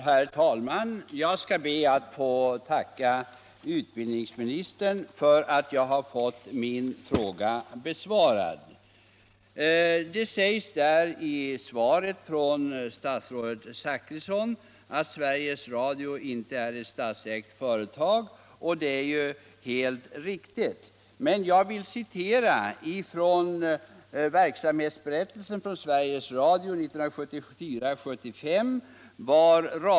Herr talman! Jag ber att få tacka utbildningsministern för att jag har fått min fråga besvarad. Statsrådet Zachrisson säger i svaret att Sveriges Radio inte är ett statsägt företag, och det är helt riktigt. Men jag vill citera ur verksamhetsberättelsen från Sveriges Radio för verksamhetsåret 1974/75.